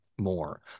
more